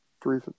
three